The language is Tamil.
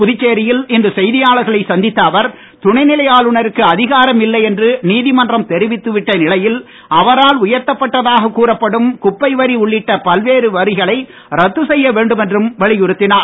புதுச்சேரியில் இன்று செய்தியாளர்களைச் சந்தித்த அவர் துணைநிலை ஆளுநருக்கு அதிகாரமில்லை என்று நீதிமன்றம் தெரிவித்துவிட்ட நிலையில் அவரால் உயர்த்தப்பட்டதாக கூறப்படும் குப்பை வரி உள்ளிட்ட பல்வேறு வரிகளை ரத்து செய்ய வேண்டுமென்றும் வலியுறுத்தினார்